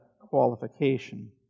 qualification